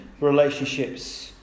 relationships